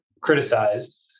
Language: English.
criticized